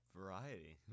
variety